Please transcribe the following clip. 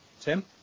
Tim